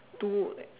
two